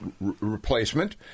replacement